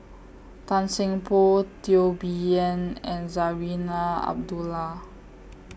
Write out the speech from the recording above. Tan Seng Poh Teo Bee Yen and Zarinah Abdullah